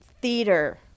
theater